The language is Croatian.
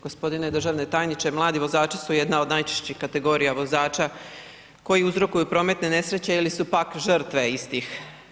Gospodine državni tajniče mladi vozači su jedna od najčešćih kategorija vozača koji uzrokuju prometne nesreće ili su pak žrtve istih.